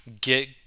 get